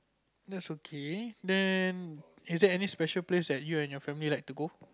that's okay then is there any special place that you and your family like to go